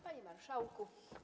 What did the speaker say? Panie Marszałku!